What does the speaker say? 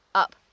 up